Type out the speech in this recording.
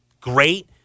great